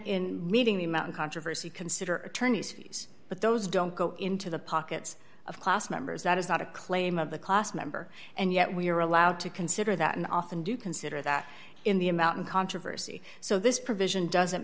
in meeting the amount of controversy consider attorneys fees but those don't go into the pockets of class members that is not a claim of the class member and yet we're allowed to consider that and often do consider that in the amount in controversy so this provision doesn't